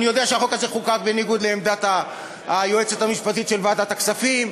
אני יודע שהחוק הזה חוקק בניגוד לעמדת היועצת המשפטית של ועדת הכספים,